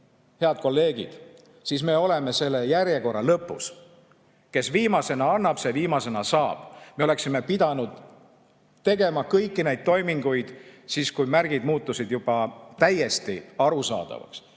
head kolleegid, siis me oleme selle järjekorra lõpus. Kes viimasena tellimuse annab, see viimasena saab. Me oleksime pidanud tegema kõiki neid toiminguid siis, kui märgid muutusid juba täiesti arusaadavaks.